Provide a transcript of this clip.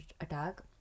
attack